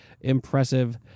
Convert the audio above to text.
impressive